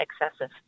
excessive